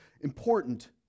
important